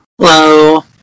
hello